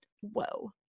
Whoa